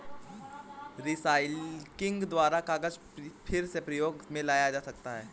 recycling द्वारा कागज फिर से प्रयोग मे लाया जा सकता है